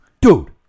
dude